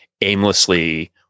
aimlessly